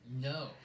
No